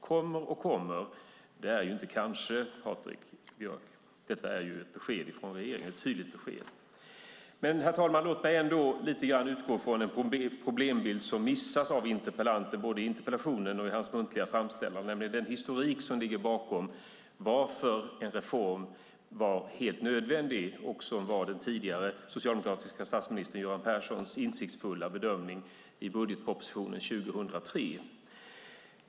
"Kommer" och "kommer" - det är inte kanske, Patrik Björck. Detta är ett besked från regeringen, och ett tydligt besked. Herr talman! Låt mig ändå lite grann utgå från en problembild som missas av interpellanten både i interpellationen och i hans muntliga framställan, nämligen den historik som ligger bakom varför en reform var helt nödvändig. Detta var också den tidigare socialdemokratiska statsministern Göran Perssons insiktsfulla bedömning i budgetpropositionen 2003.